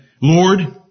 Lord